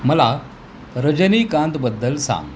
मला रजनीकांतबद्दल सांग